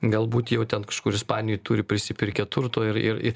galbūt jau ten kažkur ispanijoj turi prisipirkę turto ir ir ir